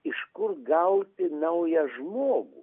iš kur gauti naują žmogų